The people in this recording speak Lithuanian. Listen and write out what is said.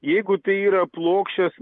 jeigu tai yra plokščias